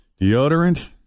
Deodorant